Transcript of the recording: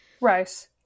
right